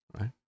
right